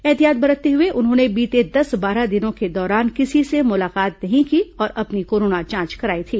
एहतियात बरतते हुए उन्होंने बीते दस बारह दिनों के दौरान किसी से मुलाकात नहीं की और अपनी कोरोना जांच कराई थी